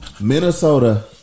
Minnesota